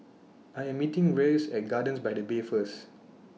I Am meeting Reyes At Gardens By The Bay First